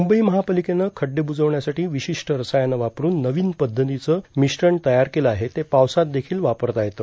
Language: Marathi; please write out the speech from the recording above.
म्रंबई महापालिकेनं खड्डे ब्रजवण्यासाठी विशिष्ट रसायनं वापरून नवीन पद्धतीचं मिश्रण तयार केलं आहे ते पावसात देखील वापरता येतं